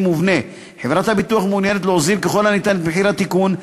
מובנה: חברת הביטוח מעוניינת להוזיל ככל הניתן את התיקון,